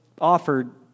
offered